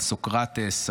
על סוקרטס,